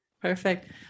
Perfect